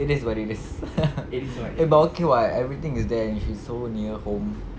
it is what it is but okay [what] everything is there and she so near home